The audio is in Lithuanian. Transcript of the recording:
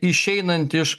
išeinant iš